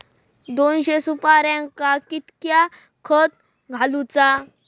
दोनशे सुपार्यांका कितक्या खत घालूचा?